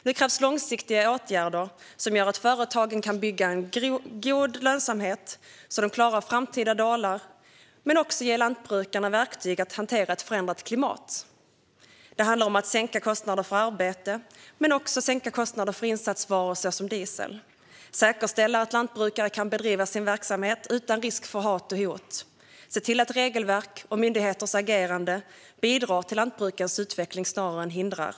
Nu krävs långsiktiga åtgärder som gör att företagen kan bygga en god lönsamhet, så att de klarar framtida dalar, och också ger lantbrukarna verktyg att hantera ett förändrat klimat. Det handlar om att sänka kostnader för arbete och insatsvaror såsom diesel, att säkerställa att lantbrukare kan bedriva sin verksamhet utan risk för hat och hot och att se till att regelverk och myndigheters agerande bidrar till lantbruksföretagens utveckling snarare än hindrar.